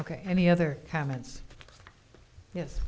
ok any other comments yes